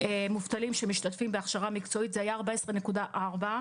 מובטלים שמשתתפים בהכשרה מקצועית, זה היה 14.4%,